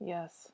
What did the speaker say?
Yes